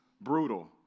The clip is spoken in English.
brutal